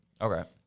Okay